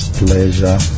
pleasure